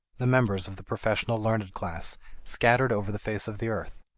the members of the professional learned class scattered over the face of the earth.